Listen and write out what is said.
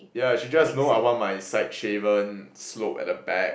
yeah she just know I want my side shaven slope at the back